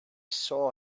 saw